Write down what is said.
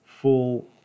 full